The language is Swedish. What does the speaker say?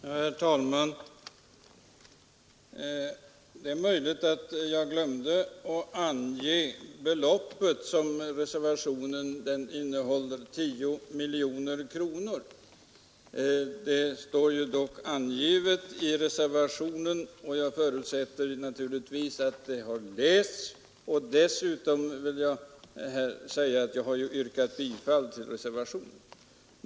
Herr talman! Det är möjligt att jag glömde ange beloppet som reservationen innebär, 10 miljoner kronor. Det står dock angivet i reservationen, och jag förutsätter naturligtvis att den är läst. Dessutom har jag yrkat bifall till reservationen.